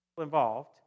involved